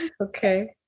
Okay